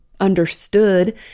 understood